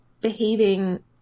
behaving